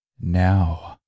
now